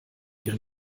ihren